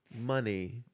Money